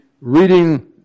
reading